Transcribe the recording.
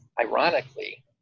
ironically